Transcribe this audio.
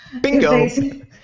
Bingo